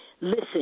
Listen